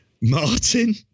Martin